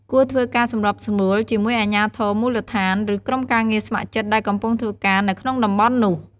គួរធ្វើការសម្របសម្រួលជាមួយ អាជ្ញាធរមូលដ្ឋាន ឬក្រុមការងារស្ម័គ្រចិត្ត ដែលកំពុងធ្វើការនៅក្នុងតំបន់នោះ។